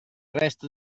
resto